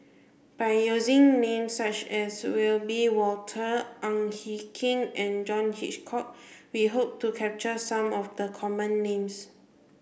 by using names such as Wiebe Wolters Ang Hin Kee and John Hitchcock we hope to capture some of the common names